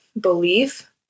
belief